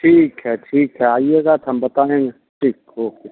ठीक है ठीक है आइएगा तो हम बताऍंगे ठीक ओके